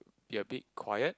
be a bit quiet